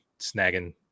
snagging